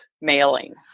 mailing